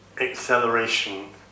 acceleration